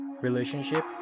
Relationship